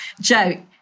Joe